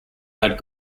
had